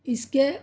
इसके